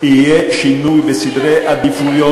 יהיה שינוי בסדרי עדיפויות.